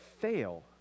fail